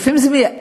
ולפעמים זה מייאש.